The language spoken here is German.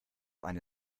eine